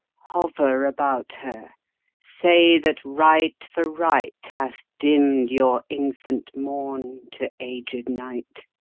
hover about her say that right for right hath dimm'd your infant morn to aged night.